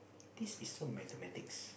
this is so mathematics